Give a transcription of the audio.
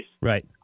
Right